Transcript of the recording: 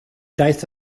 daeth